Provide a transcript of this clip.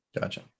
Gotcha